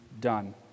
done